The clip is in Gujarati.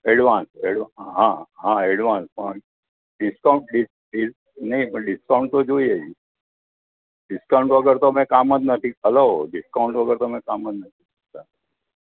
એડવાન્સ હા હા એડવાન્સ પણ ડિસ્કાઉન્ટ નહીં પણ ડિસ્કાઉન્ટ તો જોઈએ જ ડિસ્કાઉન્ટ વગર તો અમે કામ જ નથી હલો ડિસ્કાઉન્ટ વગર તો અમે કામ જ નથી કરતા